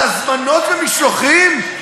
על הזמנות ומשלוחים?